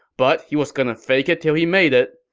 but he was gonna fake it till he made it.